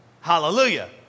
Hallelujah